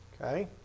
Okay